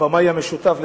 הבמאי המשותף,